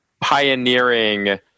pioneering